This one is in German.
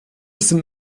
sind